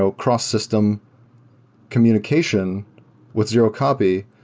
so cross-system communication with zero copy.